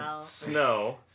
snow